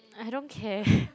I don't care